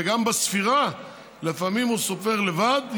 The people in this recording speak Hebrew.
וגם בספירה לפעמים הוא סופר לבד,